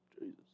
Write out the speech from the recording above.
Jesus